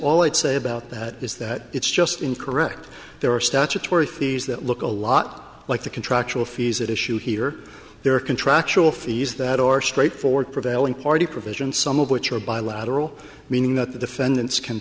all i'd say about that is that it's just incorrect there are statutory fees that look a lot like the contractual fees at issue here there are contractual fees that are straightforward prevailing party provisions some of which are bilateral meaning that the defendants can